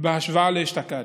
בהשוואה לאשתקד,